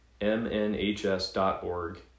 mnhs.org